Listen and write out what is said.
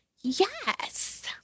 yes